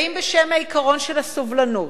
ואם בשם העיקרון של הסובלנות,